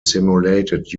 simulated